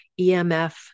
EMF